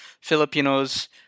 Filipinos